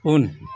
उन